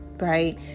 right